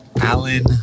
alan